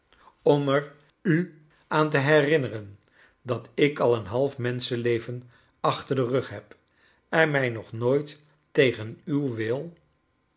u er aan te herinneren dat ik al een half menschenleven achter den rug heb en mij nog nooit tegen uw wil